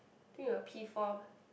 think we're P-four